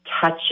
touch